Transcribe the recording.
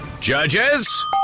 judges